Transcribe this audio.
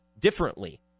differently